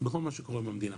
בכל מה שקורה במדינה